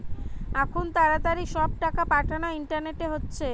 আখুন তাড়াতাড়ি সব টাকা পাঠানা ইন্টারনেটে হচ্ছে